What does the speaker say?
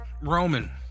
Roman